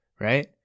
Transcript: right